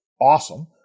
awesome